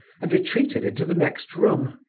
and retreated into the next room.